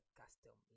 custom